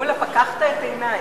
מולה, פקחת את עיני...